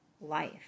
life